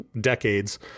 decades